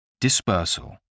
Dispersal